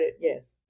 Yes